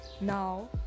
Now